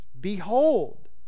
Behold